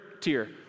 tier